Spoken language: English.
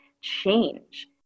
change